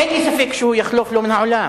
אין לי ספק שהוא יחלוף מן העולם.